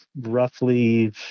roughly